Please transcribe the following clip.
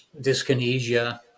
dyskinesia